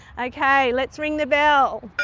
okay, let's ring the bell.